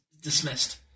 dismissed